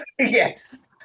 Yes